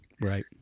right